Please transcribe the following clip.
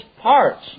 parts